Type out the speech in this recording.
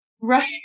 right